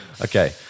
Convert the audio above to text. okay